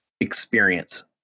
experience